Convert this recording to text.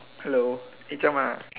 hello